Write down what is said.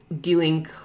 dealing